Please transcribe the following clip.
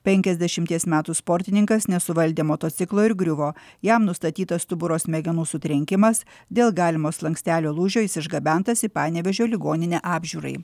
penkiasdešimties metų sportininkas nesuvaldė motociklo ir griuvo jam nustatytas stuburo smegenų sutrenkimas dėl galimo slankstelio lūžio jis išgabentas į panevėžio ligoninę apžiūrai